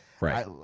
right